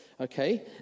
okay